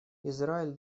израиль